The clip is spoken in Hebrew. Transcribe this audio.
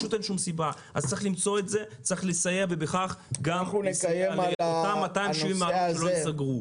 צריך לסייע ובכך גם לסייע לאותם 270 מלונות שעומדים על סף סגירה.